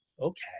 okay